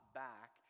back